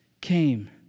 came